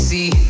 See